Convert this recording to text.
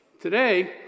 today